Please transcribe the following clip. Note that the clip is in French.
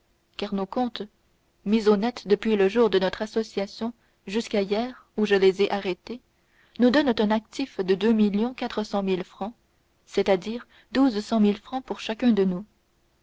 car nos comptes mis au net depuis le jour de notre association jusqu'à hier où je les ai arrêtés nous donnent un actif de deux millions quatre cent mille francs c'est-à-dire de douze cent mille francs pour chacun de nous